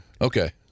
Okay